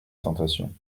tentation